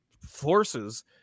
forces